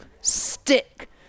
stick